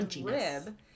rib